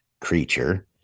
creature